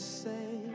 say